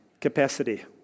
capacity